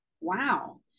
wow